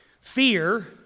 Fear